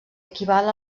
equival